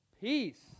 peace